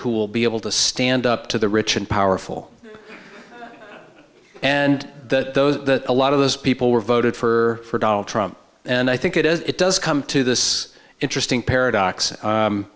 who will be able to stand up to the rich and powerful and that those that a lot of those people were voted for donald trump and i think it is it does come to this interesting paradox